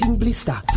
blister